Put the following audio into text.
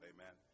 Amen